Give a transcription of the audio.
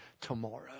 tomorrow